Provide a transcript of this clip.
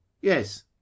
Yes